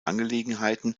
angelegenheiten